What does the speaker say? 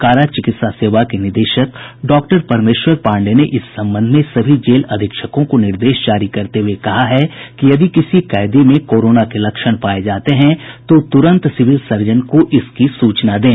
कारा चिकित्सा सेवा के निदेशक डॉक्टर परमेश्वर पाण्डेय ने इस संबंध में सभी जेल अधीक्षकों को निर्देश जारी करते हुये कहा है कि यदि किसी भी कैदी में कोरोना के लक्षण पाये जाते हैं तो तुरंत सिविल सर्जन को इसकी सूचना दें